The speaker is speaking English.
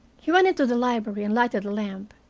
he went into the library and lighted a lamp.